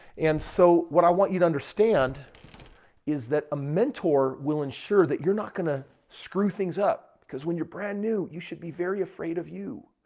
and so, what i want you to understand is that a mentor will ensure that you're not going to screw things up because when you're brand new, you should be very afraid of you.